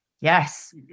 yes